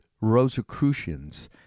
Rosicrucians